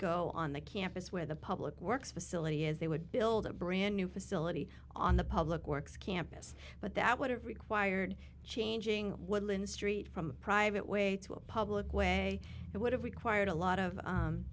go on the campus where the public works facility is they would build a brand new facility on the public works campus but that would have required changing woodland street from private way to a public way it would have required a lot of